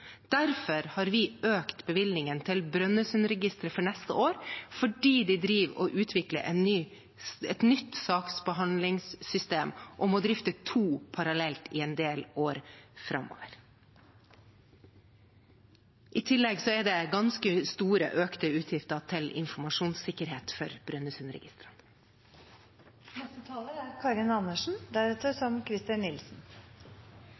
Derfor har vi økt bevilgningene til Brønnøysundregistrene for neste år, for de driver med å utvikle et nytt saksbehandlingssystem og må drifte to parallelt i en del år framover. I tillegg er det ganske store økte utgifter til informasjonssikkerhet for Brønnøysundregistrene. Framover er